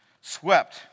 swept